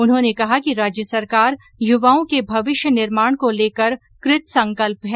उन्होंने कहा कि राज्य सरकार युवाओं के भविष्य निर्माण को लेकर कृत संकल्प है